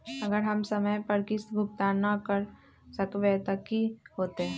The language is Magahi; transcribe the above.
अगर हम समय पर किस्त भुकतान न कर सकवै त की होतै?